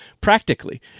practically